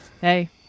Hey